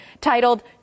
titled